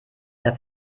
der